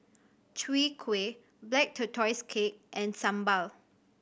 Chwee Kueh Black Tortoise Cake and sambal